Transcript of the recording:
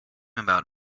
about